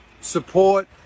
support